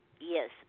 yes